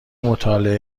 مطالعه